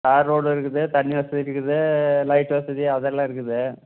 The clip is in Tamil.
தார் ரோடு இருக்குது தண்ணி வசதி இருக்குது லைட் வசதி அதெல்லாம் இருக்குது